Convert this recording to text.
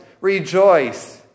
rejoice